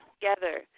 together